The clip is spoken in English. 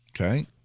Okay